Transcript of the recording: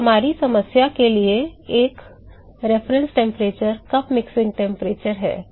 तो हमारी समस्या के लिए एक संदर्भ तापमान कप मिश्रण तापमान cup mixing temperature है